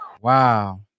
Wow